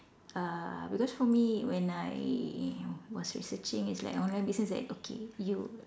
uh because for me when I was researching it's like online business like okay you